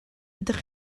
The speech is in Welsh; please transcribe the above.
ydych